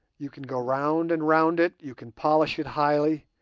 you can go round and round it, you can polish it highly,